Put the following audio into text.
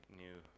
new